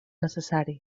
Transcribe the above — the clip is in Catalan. necessari